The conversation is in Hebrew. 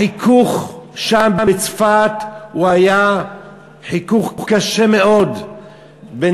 החיכוך שם בצפת היה חיכוך קשה מאוד בין